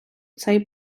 цей